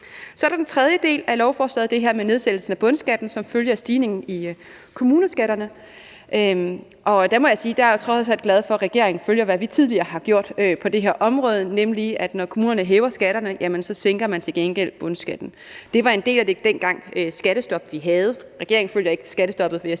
Så er der den tredje del af lovforslaget: det her med nedsættelse af bundskatten som følge af stigningen i kommuneskatterne. Der må jeg sige, at der er jeg trods alt glad for, at regeringen følger, hvad vi tidligere har gjort på det her område, nemlig at når kommunerne hæver skatten, sænker man til gengæld bundskatten. Det var dengang en del af det skattestop, vi havde. Regeringen følger ikke skattestoppet generelt,